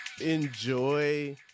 enjoy